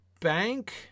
bank